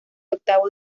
octavo